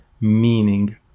meaning